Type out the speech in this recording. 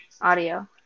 Audio